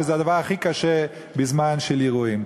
וזה הדבר הכי קשה בזמן של אירועים.